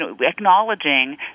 acknowledging